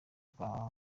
kwa